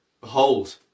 Behold